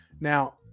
Now